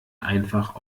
einfach